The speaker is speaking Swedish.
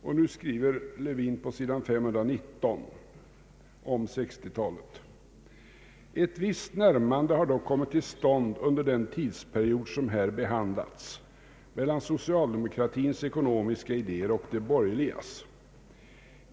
Lewin skriver på s. 519 om 1960-talet: ”Ett visst närmande har dock kommit till stånd under den tidsperiod, som här behandlats, mellan socialdemokratins ekonomiska idéer och de borgerligas.